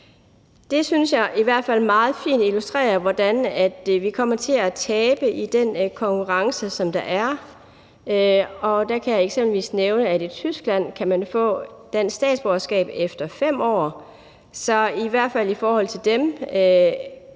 jeg i hvert fald meget fint illustrerer, hvordan vi kommer til at tabe i den konkurrence, som der er, og der kan jeg eksempelvis nævne, at man i Tyskland kan få et statsborgerskab efter 5 år. Så i hvert fald i forhold til dem